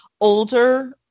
older